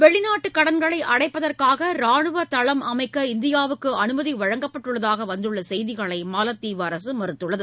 வெளிநாட்டுக் கடன்களை அடைப்பதற்காக ராணுவ தளம் அமைக்க இந்தியாவுக்கு அனுமதி வழங்கப்பட்டுள்ளதாக வந்துள்ள செய்திகளை மாலத்தீவு அரசு மறுத்துள்ளது